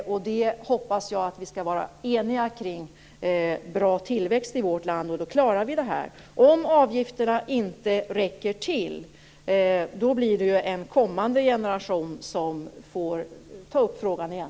Jag hoppas att vi skall vara eniga kring frågan om en bra tillväxt i vårt land. Om avgifterna inte räcker till blir det en kommande generation som får ta upp frågan igen.